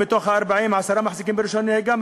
אם מתוך ה-40 עשרה מחזיקים ברישיון נהיגה,